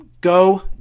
go